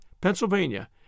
Pennsylvania